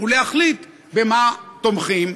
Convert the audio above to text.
ולהחליט במה תומכים,